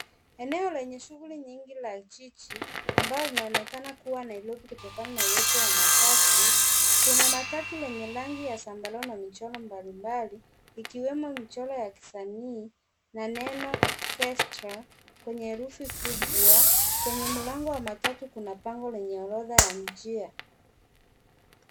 Eneo lenye shughuli nyingi la jiji ambayo inaonekana kuwa nairobi kutokana na uwepo wa matatu, kuna matatu lenye rangi la sambarau na michoro mbalimbali ikiwemo michoro ya kisanii la neno FESTAL kwenye herufi kubwa kwenye mlango wa matatu kuna pango lenye orodha ya njia